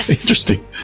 Interesting